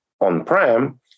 on-prem